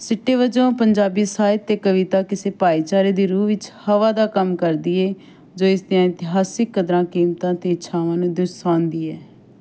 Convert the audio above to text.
ਸਿੱਟੇ ਵਜੋਂ ਪੰਜਾਬੀ ਸਾਹਿਤ ਅਤੇ ਕਵਿਤਾ ਕਿਸੇ ਭਾਈਚਾਰੇ ਦੀ ਰੂਹ ਵਿੱਚ ਹਵਾ ਦਾ ਕੰਮ ਕਰਦੀ ਏ ਜੋ ਇਸ ਦੀਆਂ ਇਤਿਹਾਸਿਕ ਕਦਰਾਂ ਕੀਮਤਾਂ ਅਤੇ ਇੱਛਾਵਾਂ ਨੂੰ ਦਰਸਾਉਂਦੀ ਹੈ